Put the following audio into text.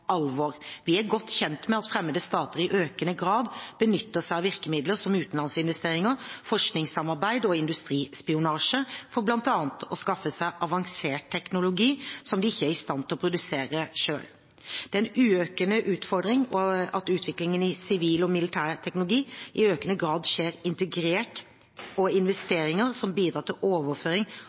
alvor. Vi er godt kjent med at fremmede stater i økende grad benytter seg av virkemidler som utenlandsinvesteringer, forskningssamarbeid og industrispionasje for bl.a. å skaffe seg avansert teknologi som de ikke er i stand til å produsere selv. Det er en økende utfordring at utviklingen av sivil og militær teknologi i økende grad skjer integrert. Investeringer som bidrar til overføring